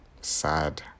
Sad